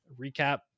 recap